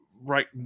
Right